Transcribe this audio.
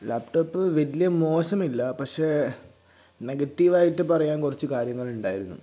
laptop വലിയ മോശമില്ല പക്ഷേ നെഗറ്റീവ് ആയിട്ട് പറയാൻ കുറച്ച് കാര്യങ്ങളുണ്ടായിരുന്നു